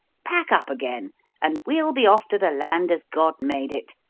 pack up again and we'll be off to the land as god made it,